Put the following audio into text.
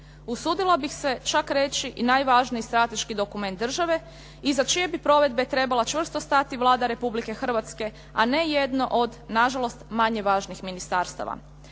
usudila bih se čak reći i najvažniji strateški dokument države iza čije bi provedbe trebala čvrsto stati Vlada Republike Hrvatske, a ne jedno od na žalost manje važnih ministarstava.